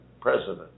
president